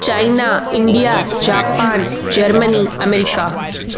China India Japan Germany America